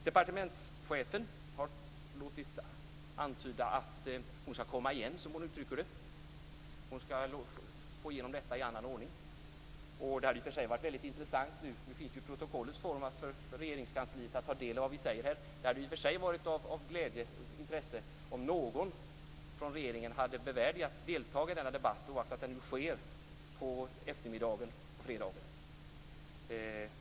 Departementschefen har låtit antyda att hon skall komma igen, som hon uttrycker det. Hon skall få igenom detta i annan ordning. Regeringskansliet kan ju ta del av vad vi säger i protokollets form, men det hade i och för sig varit av glädje och intresse om någon i regeringen hade bevärdigats delta i denna debatt oaktat den nu sker på eftermiddagen på fredagen.